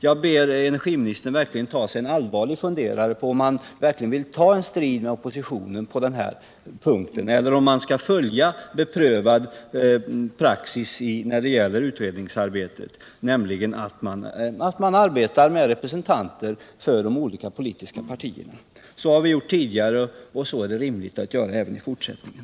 Jag ber energiministern att ta sig en allvarlig funderare över om han verkligen vill ta en strid med oppositionen på denna punkt eller om man skall följa beprövad praxis när det gäller utredningsarbetet, nämligen att man arbetar med representanter för de olika politiska partierna. Så har vi gjort tidigare, och det är rimligt att vi gör det också i fortsättningen.